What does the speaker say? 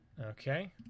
Okay